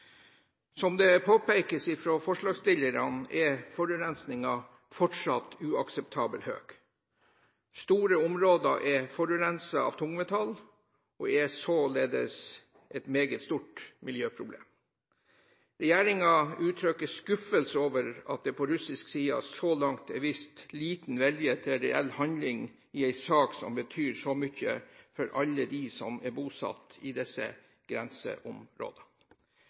Som det påpekes fra forslagsstillerne, er forurensningen fortsatt uakseptabelt høy. Store områder er forurenset av tungmetall og er således et meget stort miljøproblem. Regjeringen uttrykker skuffelse over at det på russisk side så langt er vist liten vilje til reell handling i en sak som betyr så mye for alle dem som er bosatt i disse grenseområdene.